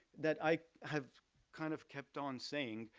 that i have kind of kept on saying,